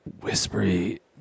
whispery